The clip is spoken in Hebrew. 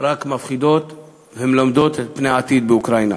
רק מפחידות ומלמדות על פני העתיד באוקראינה.